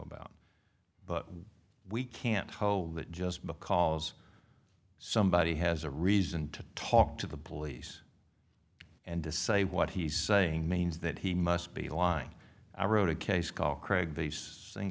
about but we can't hold that just because somebody has a reason to talk to the police and to say what he's saying means that he must be lying i wrote a case called craig based single